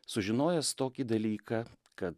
sužinojęs tokį dalyką kad